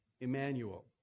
Emmanuel